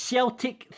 Celtic